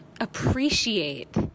appreciate